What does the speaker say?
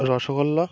rasgulla